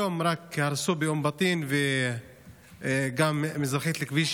רק היום הרסו באום בטין וגם מזרחית לכביש